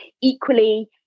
Equally